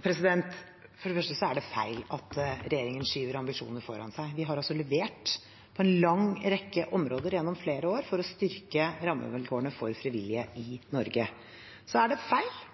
det første er det feil at regjeringen skyver ambisjonene foran seg. Vi har altså levert på en lang rekke områder gjennom flere år for å styrke rammevilkårene for frivillige i Norge. Så er det feil